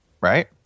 Right